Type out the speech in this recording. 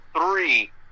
three